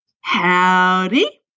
Howdy